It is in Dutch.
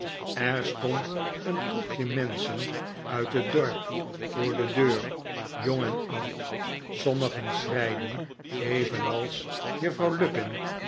er stond een troepje menschen uit het dorp voor de deur jong en oud sommigen schreiden evenals juffrouw lupin